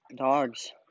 Dogs